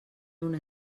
una